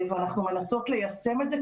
ואנחנו מנסות ליישם את זה,